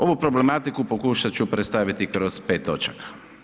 Ovu problematiku pokušat ću predstaviti kroz 5 točaka.